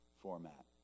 format